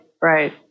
right